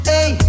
Hey